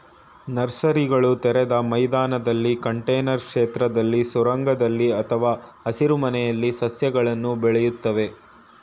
ನರ್ಸರಿಗಳು ತೆರೆದ ಮೈದಾನದಲ್ಲಿ ಕಂಟೇನರ್ ಕ್ಷೇತ್ರದಲ್ಲಿ ಸುರಂಗದಲ್ಲಿ ಅಥವಾ ಹಸಿರುಮನೆಯಲ್ಲಿ ಸಸ್ಯಗಳನ್ನು ಬೆಳಿತವೆ